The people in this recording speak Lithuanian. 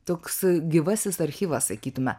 toks gyvasis archyvas sakytume